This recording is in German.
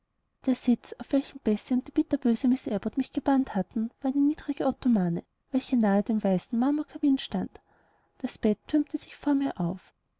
der sitz auf welchen bessie und die bitterböse miß abbot mich gebannt hatten war eine niedrige ottomane welche nahe dem weißen marmorkamin stand das bett türmte sich vor mir auf